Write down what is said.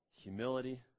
Humility